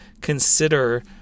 consider